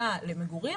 היה למגורים,